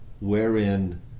wherein